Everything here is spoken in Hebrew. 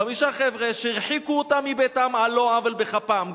חמישה חבר'ה שהרחיקו אותם מביתם על לא עוול בכפם,